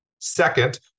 Second